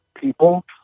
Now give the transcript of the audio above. people